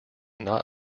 not